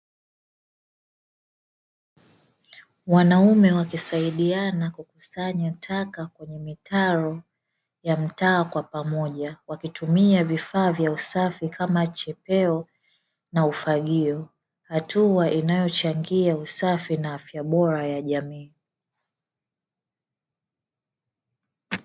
Wanaume wakisaidiana kukusanya taka kwenye mitaro ya mtaa kwa pamoja, wakitumia vifaa vya usafi kama chepeo na ufagio, hatua inayochangia usafi na afya bora ya jamii.